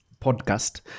podcast